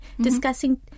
discussing